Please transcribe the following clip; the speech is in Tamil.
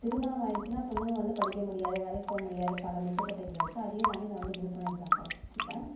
திருமணம் ஆயிடுச்சுனால் பெண்ணுங்க வந்து படிக்க முடியாது வேலைக்கு போக முடியாது பல முட்டுக் கட்டைகள் இருக்குது அதையும் தாண்டி நான் வந்து குரூப் ஒன் எக்ஸாம் படிச்சுட்டிருக்கேன்